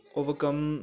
overcome